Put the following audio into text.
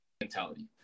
Mentality